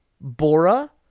Bora